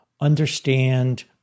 understand